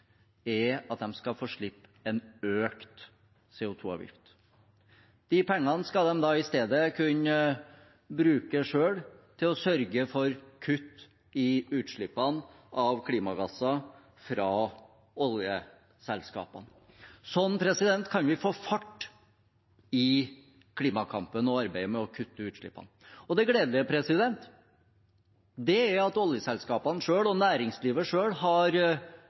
er at de skal få slippe en økt CO 2 -avgift. De pengene skal de da i stedet kunne bruke selv til å sørge for kutt i utslippene av klimagasser fra oljeselskapene. Sånn kan vi få fart i klimakampen og arbeidet med å kutte utslippene. Det gledelige er at oljeselskapene selv og næringslivet selv har